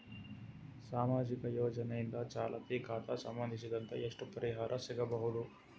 ಸಾಮಾಜಿಕ ಯೋಜನೆಯಿಂದ ಚಾಲತಿ ಖಾತಾ ಸಂಬಂಧಿಸಿದಂತೆ ಎಷ್ಟು ಪರಿಹಾರ ಸಿಗಬಹುದು?